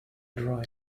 dry